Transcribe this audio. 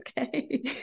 okay